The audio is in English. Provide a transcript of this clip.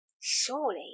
Surely